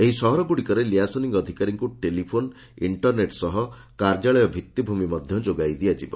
ଏହି ସହରଗୁଡ଼ିକରେ ଲିଆସନିଂ ଅଧିକାରୀଙ୍କୁ ଟେଲିଫୋନ୍ ଇଷ୍ଟରନେଟ୍ ସହ କାର୍ଯ୍ୟାଳୟ ଭିଭିଭୂମି ମଧ୍ୟ ଯୋଗାଇ ଦିଆଯିବ